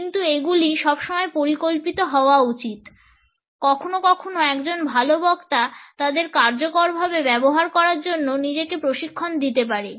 কিন্তু এগুলি সবসময় পরিকল্পিত হাওয়া উচিত কখনো কখনো একজন ভাল বক্তা তাদের কার্যকরভাবে ব্যবহার করার জন্য নিজেকে প্রশিক্ষণ দিতে পারে